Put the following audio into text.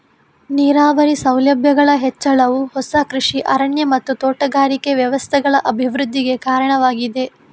ನೀರಾವರಿ ಸೌಲಭ್ಯಗಳ ಹೆಚ್ಚಳವು ಹೊಸ ಕೃಷಿ ಅರಣ್ಯ ಮತ್ತು ತೋಟಗಾರಿಕೆ ವ್ಯವಸ್ಥೆಗಳ ಅಭಿವೃದ್ಧಿಗೆ ಕಾರಣವಾಗಿದೆ